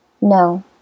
no